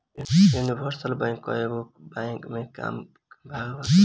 universal bank कईगो bank के काम में भाग लेत हवे